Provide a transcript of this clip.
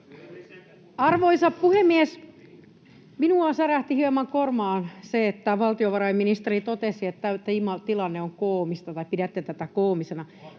Arvoisa puhemies! Minua särähti hieman korvaan, että valtiovarainministeri totesi, että pidätte tätä tilannetta koomisena.